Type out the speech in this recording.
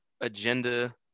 agenda